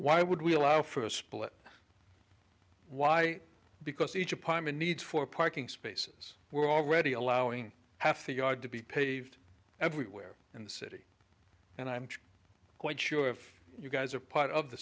why would we allow for a split why because each apartment needs for parking spaces we're already allowing half the yard to be paved everywhere in the city and i'm quite sure if you guys are part of the